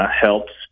helps